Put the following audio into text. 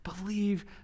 Believe